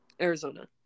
Arizona